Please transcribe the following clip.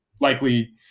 likely